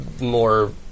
more